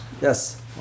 Yes